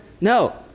No